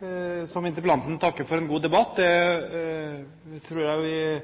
tror vi